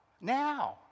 Now